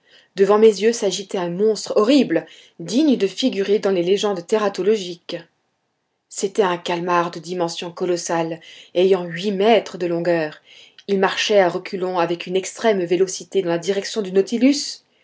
devant mes yeux s'agitait un monstre horrible digne de figurer dans les légendes tératologiques c'était un calmar de dimensions colossales ayant huit mètres de longueur il marchait à reculons avec une extrême vélocité dans la direction du nautilus